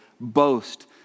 boast